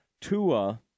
Tua